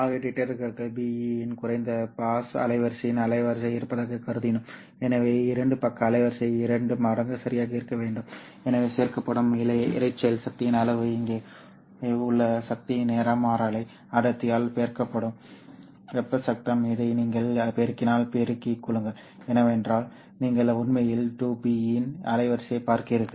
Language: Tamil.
ஆகவே டிடெக்டர்களுக்கு Be இன் குறைந்த பாஸ் அலைவரிசை அலைவரிசை இருப்பதாகக் கருதினோம் எனவே இரண்டு பக்க அலைவரிசை இரண்டு மடங்கு சரியாக இருக்கும் எனவே சேர்க்கப்படும் இரைச்சல் சக்தியின் அளவு இங்கே உள்ள சக்தி நிறமாலை அடர்த்தியால் பெருக்கப்படும் வெப்ப சத்தம் இதை நீங்கள் பெருக்கினால் பெருக்கிக் கொள்ளுங்கள் ஏனென்றால் நீங்கள் உண்மையில் 2Be இன் அலைவரிசையை பார்க்கிறீர்கள்